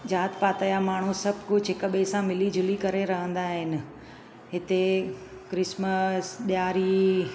ज़ाति पाति जा माण्हू सभु कुझु हिकु ॿिए सां मिली झुली करे रहंदा आहिनि हिते क्रिसमस ॾियारी